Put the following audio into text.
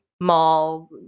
mall